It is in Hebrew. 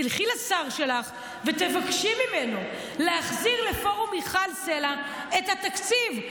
תלכי לשר שלך ותבקשי ממנו להחזיר לפורום מיכל סלה את התקציב.